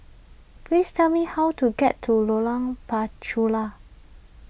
please tell me how to get to Lorong Penchalak